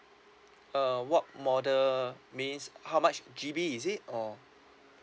uh what model means how much G_B is it or